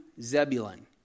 Zebulun